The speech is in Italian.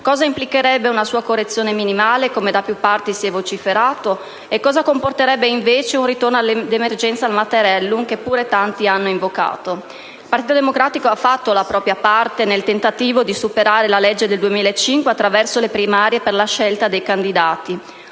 cosa implicherebbe una sua correzione minimale - come da più parti si è vociferato - e cosa comporterebbe invece un ritorno d'emergenza al "Mattarellum", che pure tanti hanno invocato. Il Partito Democratico ha fatto la propria parte nel tentativo di superare la legge del 2005 attraverso le primarie per la scelta dei candidati.